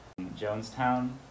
Jonestown